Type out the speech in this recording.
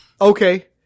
Okay